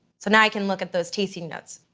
so now, i can look at those tasting notes.